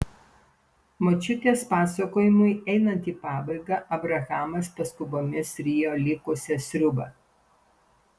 močiutės pasakojimui einant į pabaigą abrahamas paskubomis rijo likusią sriubą